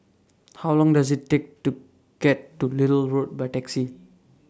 How Long Does IT Take to get to Little Road By Taxi